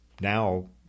Now